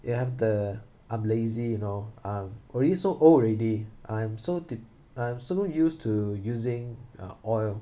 you have the I'm lazy you know uh already so old already I'm so de~ I'm so used to using uh oil